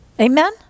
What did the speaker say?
Amen